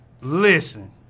listen